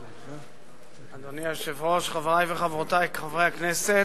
אדוני היושב-ראש, חברי וחברותי חברי הכנסת,